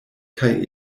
kaj